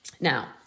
Now